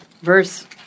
verse